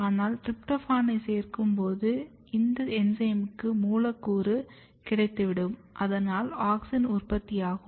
ஆனால் டிரிப்டோபனைச் சேர்க்கும்போது இந்த என்சைமுக்கு மூலக்கூறு கிடைத்துவிடும் அதனால் ஆக்ஸின் உற்பத்தியாகும்